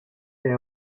the